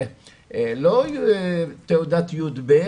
לא תעודת יב'